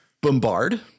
bombard